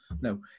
No